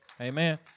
Amen